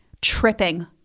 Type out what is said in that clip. tripping